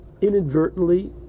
inadvertently